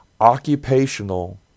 Occupational